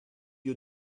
you